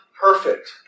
perfect